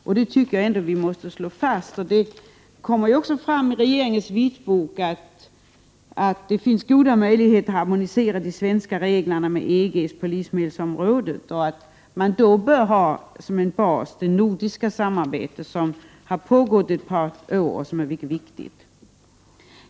Jag tycker att vi måste slå fast detta. Det kommer också fram i regeringens vitbok att det finns goda möjligheter att harmonisera de svenska reglerna på livsmedelsområdet med EG:s. Man bör då ha som en bas det nordiska samarbete som har pågått ett par år och som är mycket viktigt.